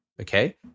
okay